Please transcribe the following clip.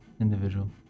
individual